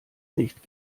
nicht